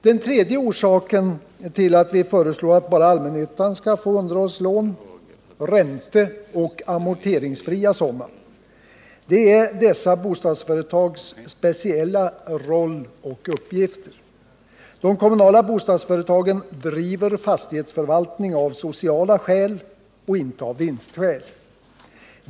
Den tredje orsaken till att vi föreslår att enbart allmännyttan skall få underhållslån, ränteoch amorteringsfria sådana, är dessa bostadsföretags speciella roll och uppgifter. De kommunala bostadsföretagen driver fastighetsförvaltning av sociala skäl och inte av vinstskäl.